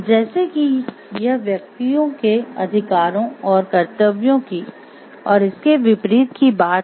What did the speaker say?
जैसे कि यह व्यक्तियों के अधिकारों और कर्तव्यों की और इसके विपरीत की बात है